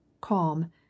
calm